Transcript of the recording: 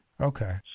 Okay